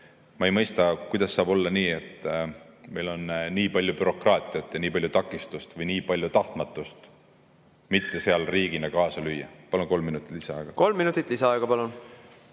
ma ei mõista, kuidas saab olla nii, et meil on nii palju bürokraatiat ja nii palju takistusi või nii palju tahtmatust selles riigina kaasa lüüa. Palun kolm minutit lisaaega. Kolm minutit lisaaega, palun!